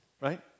right